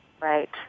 Right